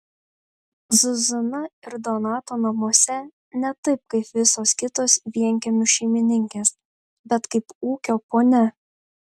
zuzana ir donato namuose ne taip kaip visos kitos vienkiemių šeimininkės bet kaip ūkio ponia